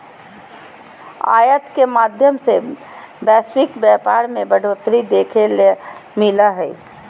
आयात के माध्यम से वैश्विक व्यापार मे बढ़ोतरी देखे ले मिलो हय